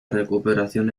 recuperación